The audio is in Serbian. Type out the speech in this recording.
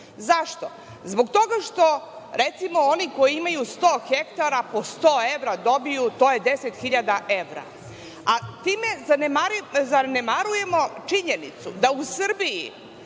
Zašto? Zbog toga što recimo oni koji imaju 100 ha po 100 evra dobiju, to je 10.000 evra. Time zanemarujemo činjenicu da u Srbiji